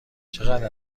چقدر